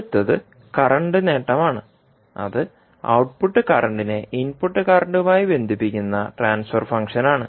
അടുത്തത് കറന്റ് നേട്ടമാണ് അത് ഔട്ട്പുട്ട് കറന്റിനെ ഇൻപുട്ട് കറന്റുമായി ബന്ധിപ്പിക്കുന്ന ട്രാൻസ്ഫർ ഫംഗ്ഷനാണ്